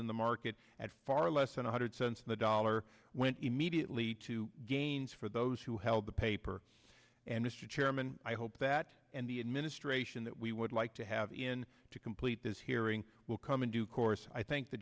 in the market at far less than one hundred cents on the dollar went immediately to gains for those who held the paper and mr chairman i hope that and the administration that we would like to have in to complete this hearing will come in due course i thank the